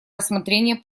рассмотрения